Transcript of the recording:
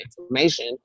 information